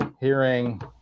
hearing